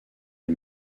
les